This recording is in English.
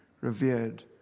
revered